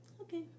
okay